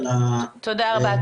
תודה רבה.